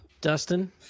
Dustin